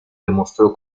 demostró